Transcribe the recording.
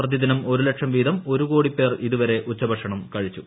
പ്രതിദിനം ഒരു ലക്ഷം വീതം ഒരു കോടി പേർ ഇതുവരെ ഉച്ചഭക്ഷണം കഴിച്ചു